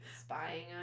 spying